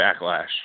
Backlash